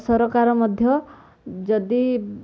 ସରକାର ମଧ୍ୟ ଯଦି